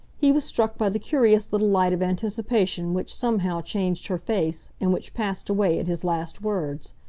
he was struck by the curious little light of anticipation which somehow changed her face, and which passed away at his last words.